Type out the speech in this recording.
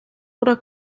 oder